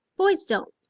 boys don't.